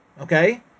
okay